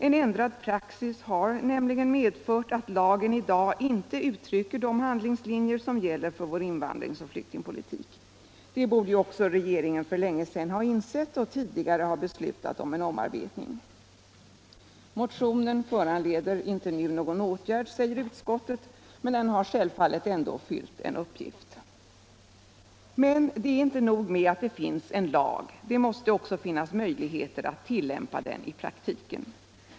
En ändrad praxis har nämligen medfört att lagen i dag inte uttrycker de handlingslinjer som gäller för vår invandringsoch flyktingpolitik. Detta borde också regeringen för länge sedan ha insett och tidigare ha beslutat om en omarbetning. Motionen föranleder inte nu någon åtgärd, säger utskottet, men den har självfallet ändå fyllt en uppgift. Det är emellertid inte nog med att det finns en lag, det måste också finnas möjligheter att tillämpa den i praktiken.